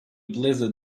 blizzard